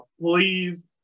please